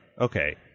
okay